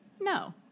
No